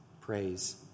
praise